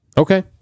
okay